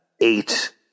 eight